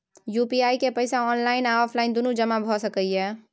UPI के पैसा online आ ऑफलाइन दुनू जमा भ सकै इ?